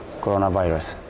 coronavirus